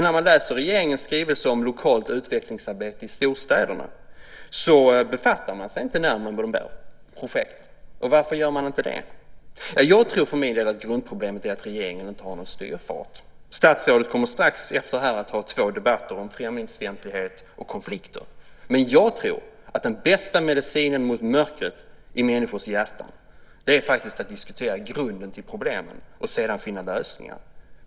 När man läser regeringens skrivelse om lokalt utvecklingsarbete i Storstäderna ser man att man där inte befattar sig närmare med det projektet. Varför gör man inte det? Jag tror för min del att grundproblemet är att regeringen inte har någon styrfart. Statsrådet kommer strax efter den här debatten att ha två debatter om främlingsfientlighet och konflikter. Jag tror att den bästa medicinen mot mörkret i människors hjärtan är att diskutera grunden till problemen och sedan finna lösningar.